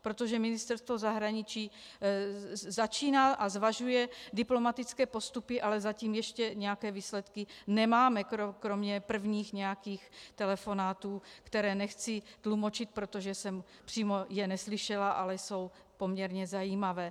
Protože ministerstvo zahraniční začíná a zvažuje diplomatické postupy, ale zatím ještě nějaké výsledky nemáme, kromě prvních nějakých telefonátů, které nechci tlumočit, protože jsem je přímo neslyšela, ale jsou poměrně zajímavé.